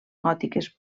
gòtiques